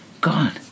God